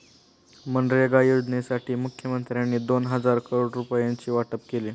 मनरेगा योजनेसाठी मुखमंत्र्यांनी दोन हजार करोड रुपयांचे वाटप केले